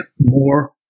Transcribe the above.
more